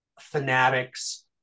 fanatics